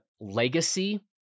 legacy